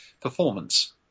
performance